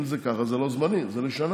אם זה כך, זה לא זמני, זה לשנה.